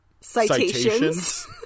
citations